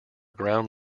ground